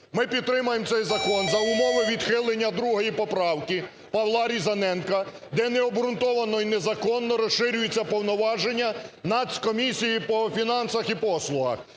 Ми підтримаємо цей закон за умови відхилення 2 поправки Павла Різаненка, де необґрунтовано і незаконно розширюються повноваження нацкомісії по фінансах і послугах.